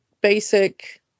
basic